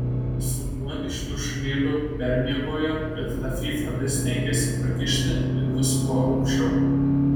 su kuo iš viršūnėlių permiegojo kad tą fyfą vis stengiasi prakišti ir vis kuo aukščiau